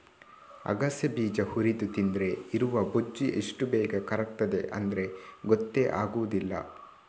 ಅಗಸೆ ಬೀಜ ಹುರಿದು ತಿಂದ್ರೆ ಇರುವ ಬೊಜ್ಜು ಎಷ್ಟು ಬೇಗ ಕರಗ್ತದೆ ಅಂದ್ರೆ ಗೊತ್ತೇ ಆಗುದಿಲ್ಲ